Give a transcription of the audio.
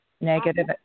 negative